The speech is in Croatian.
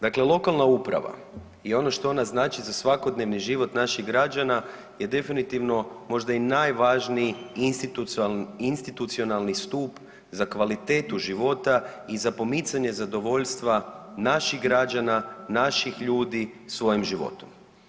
Dakle, lokalna uprava i ono što ona znači za svakodnevni život naših građana je definitivno možda i najvažniji institucionalni stup za kvalitetu života i za pomicanje zadovoljstva naših građana, naših ljudi svojim životom.